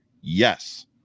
Yes